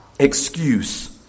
excuse